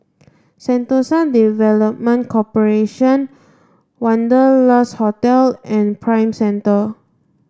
Sentosa Development Corporation Wanderlust Hotel and Prime Centre